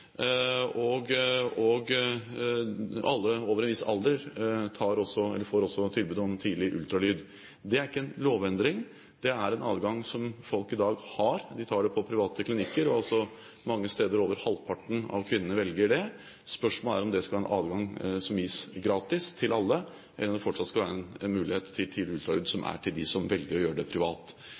er ikke en lovendring, det er en adgang som folk i dag har. De tar det på private klinikker, og mange steder velger over halvparten av kvinnene det. Spørsmålet er om det skal være en adgang som gis gratis til alle, eller om det fortsatt skal være mulighet for tidlig ultralyd til dem som velger å gjøre det privat.